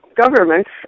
governments